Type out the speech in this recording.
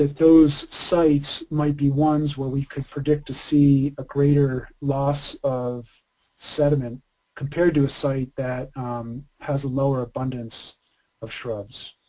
those sites might be ones where we could predict to see a greater loss of sediment compared to a site that has a lower abundance of shrubs.